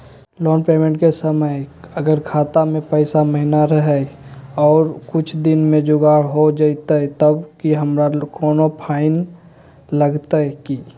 Loan payment के समय अगर खाता में पैसा महिना रहै और कुछ दिन में जुगाड़ हो जयतय तब की हमारा कोनो फाइन लगतय की?